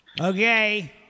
Okay